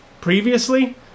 previously